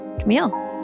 Camille